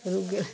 रुक गए